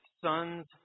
sons